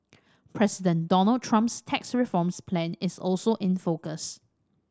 President Donald Trump's tax reforms plan is also in focus